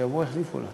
שיבואו ויחליפו אותנו.